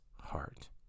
heart